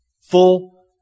full